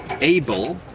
able